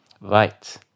Right